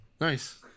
Nice